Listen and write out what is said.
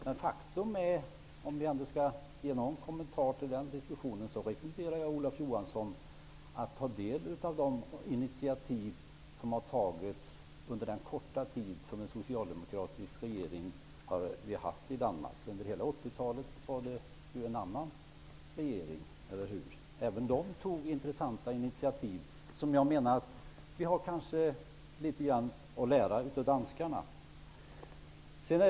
Men faktum är, om jag ändå skall ge någon kommentar till den diskussionen, att jag rekommenderar Olof Johansson att ta del av de intiativ som har tagits under den korta tid som Danmark har haft en socialdemokratisk regering. Under hela 80-talet var det ju en annan regering, eller hur? Men även den tog intressanta initativ. Jag menar att vi kanske har litet grand att lära utav danskarna.